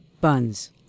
Buns